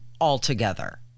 altogether